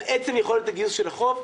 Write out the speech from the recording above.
על עצם יכולת הגיוס של החוב,